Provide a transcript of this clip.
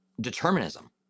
determinism